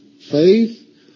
faith